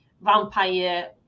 vampire